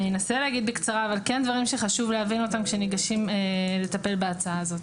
אני אנסה להגיד בקצרה דברים שחשוב להבין כשניגשים לטפל בהצעה הזאת.